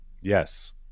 yes